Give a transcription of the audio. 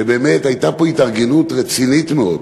שבאמת הייתה פה התארגנות רצינית מאוד,